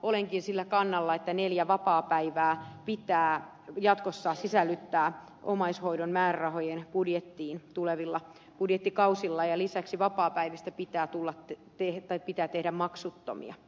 olenkin sillä kannalla että neljä vapaapäivää pitää jatkossa sisällyttää omaishoidon määrärahojen budjettiin tulevilla budjettikausilla ja lisäksi vapaapäivistä pitää tehdä maksuttomia